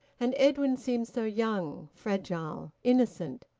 and edwin seemed so young, fragile, innocent,